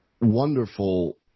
wonderful